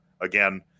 again